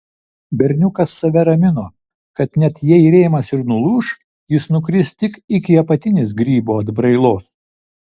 berniukas save ramino kad net jei rėmas ir nulūš jis nukris tik iki apatinės grybo atbrailos